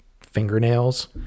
fingernails